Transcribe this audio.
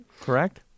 correct